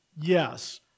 Yes